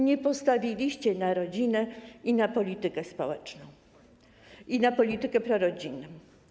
Nie postawiliście na rodzinę i na politykę społeczną, na politykę prorodzinną.